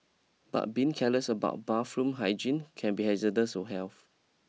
but being careless about bathroom hygiene can be hazardous to health